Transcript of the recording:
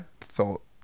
thought